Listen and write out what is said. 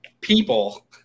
people